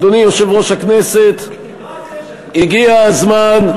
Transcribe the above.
אדוני יושב-ראש הכנסת, הגיע הזמן,